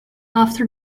after